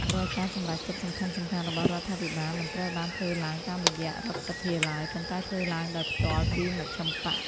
រាល់ការសម្រេចចិត្តសំខាន់ៗរបស់រដ្ឋាភិបាល មិនត្រូវបានធ្វើឡើងតាមរយៈរដ្ឋសភាឡើយ ប៉ុន្តែធ្វើឡើងដោយផ្ទាល់ពីមជ្ឈិមបក្ស។